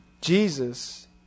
Jesus